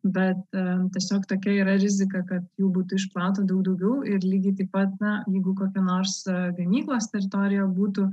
bet tiesiog tokia yra rizika kad jų būtų išplauta daug daugiau ir lygiai taip pat na jeigu kokia nors gamyklos teritorija būtų